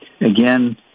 again